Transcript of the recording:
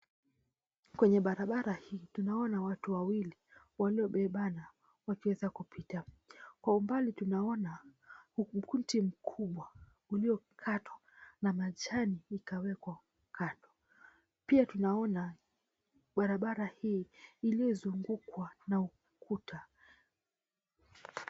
Kwenye barabara hii tunaona watu wawili waliobebana wakiweza kupita. Kwa umbali tunaona mti mkubwa uliokatwa na majani ikawekwa kando. Pia tunaona barabara hii iliyozungukwa na ukuta.